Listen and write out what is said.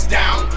down